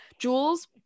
Jules